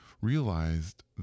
realized